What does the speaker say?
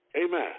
Amen